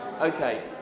Okay